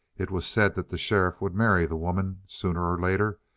it was said that the sheriff would marry the woman sooner or later,